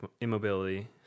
immobility